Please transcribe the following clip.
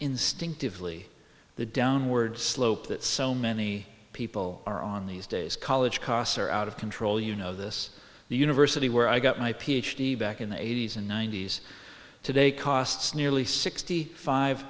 instinctively the downward slope that so many people are on these days college costs are out of control you know this the university where i got my ph d back in the eighty's and ninety's today costs nearly sixty five